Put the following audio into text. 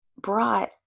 brought